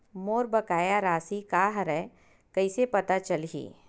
मोर बकाया राशि का हरय कइसे पता चलहि?